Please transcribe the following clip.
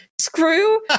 Screw